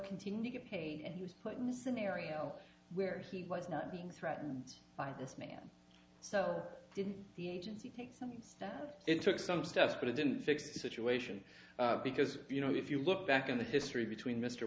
continued get paid and he was put in the scenario where he was not being threatened by this man so didn't the agency take some things that it took some steps but it didn't fix the situation because you know if you look back in the history between mr